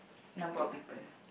number of people